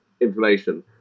information